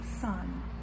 son